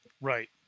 Right